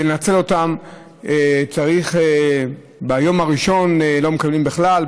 לנצל אותן ביום הראשון לא מקבלים בכלל,